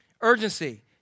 Urgency